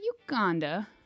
Uganda